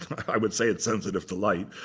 i would say it's sensitive to light,